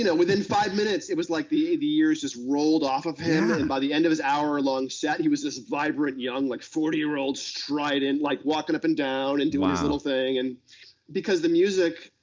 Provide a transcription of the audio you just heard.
you know within five minutes, it was like the the years just rolled off of him. and and by the end of his hour-long set, he was this vibrant, young, like forty year old strident, like walking up and down, and doing and his thing, and because of the music.